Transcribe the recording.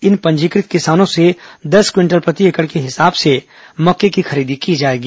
इन पंजीकृत किसानों से दस क्विंटल प्रति एकड़ के हिसाब से मक्का खरीदी होगी